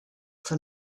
for